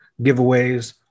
giveaways